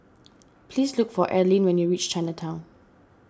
please look for Arlene when you reach Chinatown